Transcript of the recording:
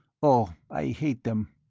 oh! i hate them.